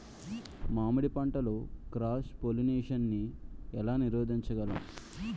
మామిడి పంటలో cross pollination నీ ఏల నీరోధించగలము?